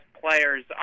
players